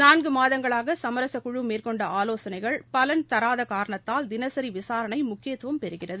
நான்கு மாதங்களாக சமரச குழு மேற்கொண்ட ஆலோசனைகள் பலன் தராத காரணத்தால் தினசரி விசாரணை முக்கியத்துவம் பெறுகிறது